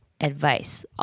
advice